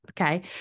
Okay